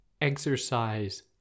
exercise